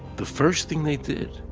the first thing they did,